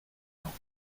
temps